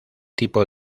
tipo